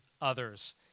others